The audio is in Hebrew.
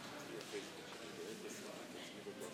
דקות ספורות שמענו את נאומה של